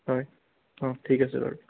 হয় অঁ ঠিক আছে বাৰু